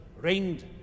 reigned